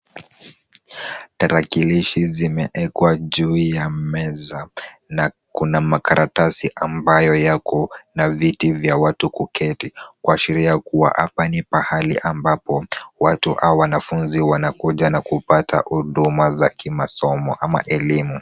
Tarakilishi zimeekwa juu ya meza, na kuna makaratasi ambayo yako na viti vya watu kuketi, kuashiria kuwa hapa ni pahali ambapo watu au wanafunzi wanakuja na kupata huduma za kimasomo ama elimu.